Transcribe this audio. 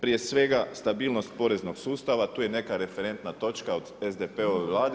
Prije svega stabilnost poreznog sustava, tu je neka referentna točka od SDP-ove Vlade.